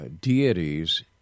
deities